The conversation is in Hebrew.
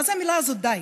מה זאת המילה הזאת, די?